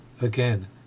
again